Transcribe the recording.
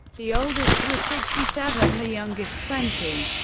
the oldest was sixty seven, the youngest twenty.